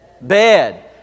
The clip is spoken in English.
bed